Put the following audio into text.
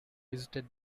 visited